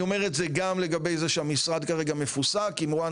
אני אומר את זה גם לגבי זה שהמשרד כרגע מפוסק עם וון